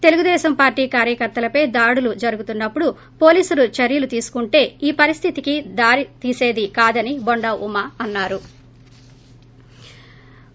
Telugu Desam Party కార్యకర్తలపై దాడులు జరుగుతున్నప్పుడు పోలీసులు చర్యలు తీసుకుంటే ఈ పరిస్థితికి దారితీసేది కాదని బొండా ఉమ అన్నా రు